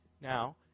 Now